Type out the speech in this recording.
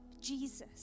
Jesus